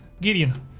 Gideon